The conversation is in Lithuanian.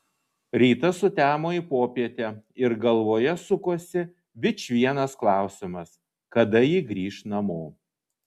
rytas sutemo į popietę ir galvoje sukosi vičvienas klausimas kada ji grįš namo